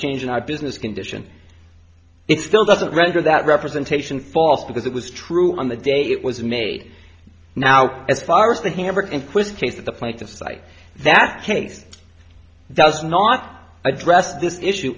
change in our business condition it still doesn't render that representation false because it was true on the day it was made now as far as the hammer and quiz case of the plaintiff cite that case does not address this issue